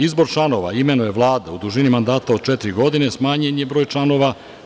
Izbor članova imenuje Vlada u dužini mandata od četiri godine, smanjen je broj članova.